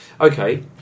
Okay